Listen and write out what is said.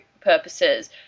purposes